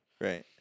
Right